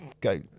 go